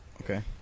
Okay